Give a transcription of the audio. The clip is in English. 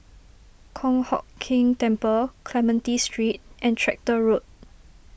Kong Hock Keng Temple Clementi Street and Tractor Road